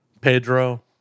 Pedro